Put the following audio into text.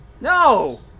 No